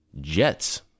Jets